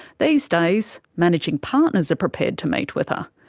these days managing partners are prepared to meet with her.